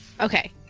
Okay